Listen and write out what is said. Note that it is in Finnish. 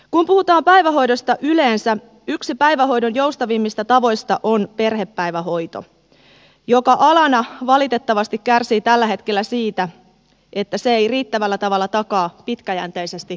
kun puhutaan päivähoidosta yleensä yksi päivähoidon joustavimmista tavoista on perhepäivähoito joka alana valitettavasti kärsii tällä hetkellä siitä että se ei riittävällä tavalla takaa pitkäjänteisesti toimeentuloa